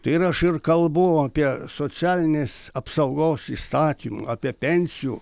tai ir aš ir kalbu apie socialinės apsaugos įstatymą apie pensijų